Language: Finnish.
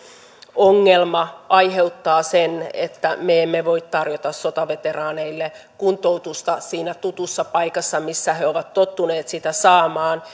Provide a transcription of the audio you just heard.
ongelma aiheuttaa sen että me emme voi tarjota sotaveteraaneille kuntoutusta siinä tutussa paikassa missä he ovat tottuneet sitä saamaan